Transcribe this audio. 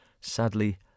sadly